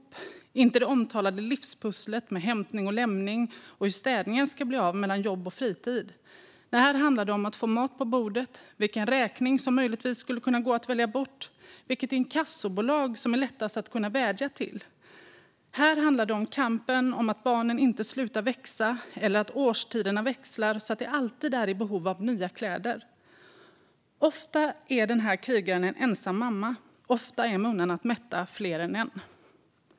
Det är inte det omtalade livspusslet med hämtning och lämning och hur städningen ska bli av mellan jobb och fritid. Nej, här handlar det om att få mat på bordet, vilken räkning som möjligtvis skulle gå att välja bort och vilket inkassobolag det är lättast att vädja till. Här handlar det om kampen med att barnen eftersom de inte slutar växa och årstiderna växlar alltid är i behov av nya kläder. Ofta är krigaren en ensam mamma. Ofta är munnarna att mätta fler än en.